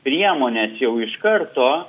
priemones jau iš karto